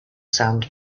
sand